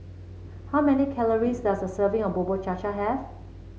how many calories does a serving of Bubur Cha Cha have